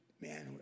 man